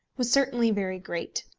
was certainly very great.